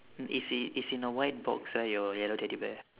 it's in it's in a white box right your yellow teddy bear